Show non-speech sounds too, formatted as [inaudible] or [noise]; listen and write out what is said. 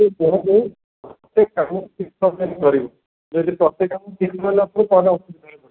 ତାକୁ ଟିକେ କୁହନ୍ତୁ ସେ [unintelligible] ପ୍ରତ୍ୟେକ କାମକୁ ଠିକ୍ ସମୟରେ କରିବ ଯଦି ପ୍ରତ୍ୟେକ କାମ ଠିକ୍ ସମୟରେ ନ କରିଲା ତାହାଲେ [unintelligible] ଅସୁବିଧାରେ ପଡ଼ିବ